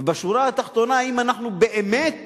ובשורה התחתונה, האם אנחנו באמת